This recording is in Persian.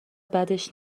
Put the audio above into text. بدش